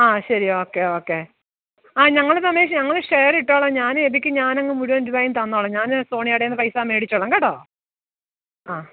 ആ ശരി okay okay ആ ഞങ്ങൾ സമ്മതിച്ചു ഞങ്ങൾ ഷെയർ ഇട്ടോളാം ഞാൻ എബിക്ക് ഞാൻ അങ്ങ് മുഴുവൻ രൂപയും തന്നോളാം ഞാൻ സോണിയാടൈന്ന് പൈസ മേടിച്ചോളാം കേട്ടൊ അ